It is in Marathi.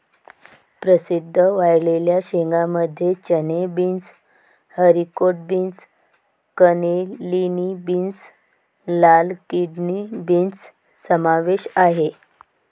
प्रसिद्ध वाळलेल्या शेंगांमध्ये चणे, beans, haricot beans, cannellini beans, लाल किडनी बीन्स समावेश आहे